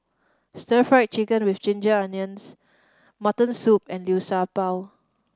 Stir Fried Chicken With Ginger Onions mutton soup and Liu Sha Bao